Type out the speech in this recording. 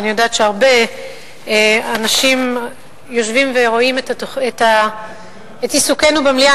ואני יודעת שהרבה אנשים יושבים ורואים את עיסוקנו במליאה,